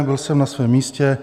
Byl jsem na svém místě.